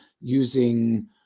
using